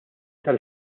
tal